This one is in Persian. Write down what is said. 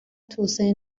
توسعه